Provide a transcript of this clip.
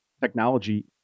technology